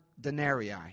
denarii